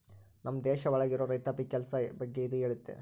ನಮ್ ದೇಶ ಒಳಗ ಇರೋ ರೈತಾಪಿ ಕೆಲ್ಸ ಬಗ್ಗೆ ಇದು ಹೇಳುತ್ತೆ